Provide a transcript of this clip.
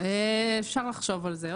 אפשר לחשוב על זה.